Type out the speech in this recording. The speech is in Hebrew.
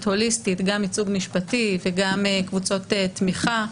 הוליסטית ייצוג משפטי וקבוצות תמיכה.